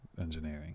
engineering